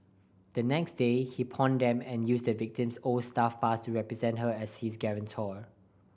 the next day he pawned them and used the victim's old staff pass to represent her as his guarantor